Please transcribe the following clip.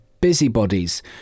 busybodies